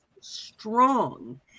strong